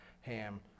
Ham